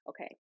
Okay